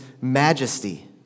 majesty